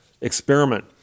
experiment